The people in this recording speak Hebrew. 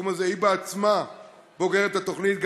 בתחום הזה, והיא בעצמה בוגרת התוכנית.